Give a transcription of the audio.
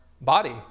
body